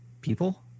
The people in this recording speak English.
people